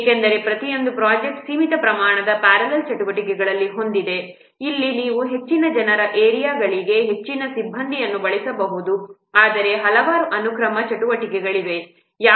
ಏಕೆಂದರೆ ಪ್ರತಿಯೊಂದು ಪ್ರೊಜೆಕ್ಟ್ ಸೀಮಿತ ಪ್ರಮಾಣದ ಪ್ಯಾರಲಲ್ ಚಟುವಟಿಕೆಗಳನ್ನು ಹೊಂದಿದೆ ಅಲ್ಲಿ ನೀವು ಹೆಚ್ಚಿನ ಜನರನ್ನು ಏರಿಯಾಗಳಿಗೆ ಹೆಚ್ಚಿನ ಸಿಬ್ಬಂದಿಯನ್ನು ಬಳಸಿಕೊಳ್ಳಬಹುದು ಆದರೆ ಹಲವಾರು ಅನುಕ್ರಮ ಚಟುವಟಿಕೆಗಳಿವೆ